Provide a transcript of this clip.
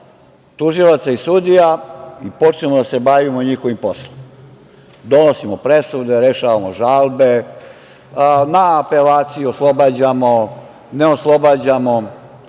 tužilaca i sudija i počnemo da se bavimo njihovim poslom, donosimo presude, rešavamo žalbe, na apelaciju oslobađamo, ne oslobađamo